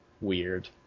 weird